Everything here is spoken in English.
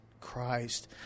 Christ